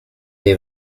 dei